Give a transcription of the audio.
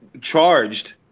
charged